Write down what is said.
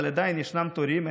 אבל עדיין ישנם תורים,